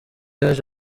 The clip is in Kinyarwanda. yaje